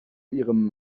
ihrem